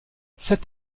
sept